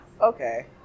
Okay